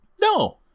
No